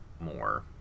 more